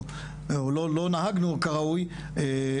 או לא נהגנו כראוי,